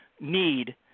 need